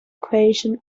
equation